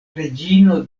reĝino